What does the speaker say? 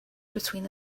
between